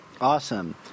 Awesome